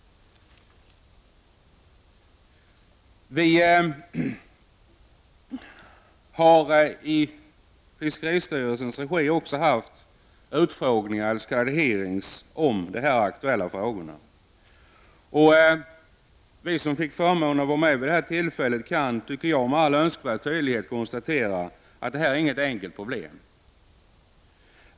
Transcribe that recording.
I fiskeristyrelsens regi har vi också haft utfrågningar om dessa aktuella frågor. Vi som fick förmånen att vara med kan, tycker jag, med all önskvärd tydlighet konstatera att det inte är fråga om något enkelt problem.